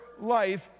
life